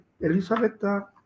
Elisabetta